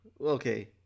okay